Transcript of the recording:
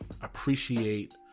Appreciate